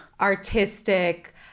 artistic